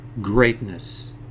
greatness